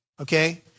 Okay